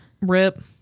rip